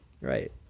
Right